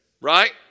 Right